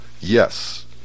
yes